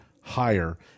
higher